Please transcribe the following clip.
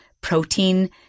protein